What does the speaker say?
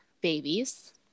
babies